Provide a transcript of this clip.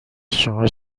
شما